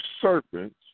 serpents